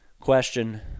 question